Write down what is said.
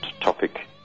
topic